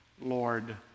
Lord